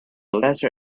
lesser